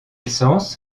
sens